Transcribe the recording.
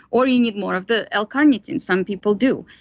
or you need more of the l-carnitine, some people do.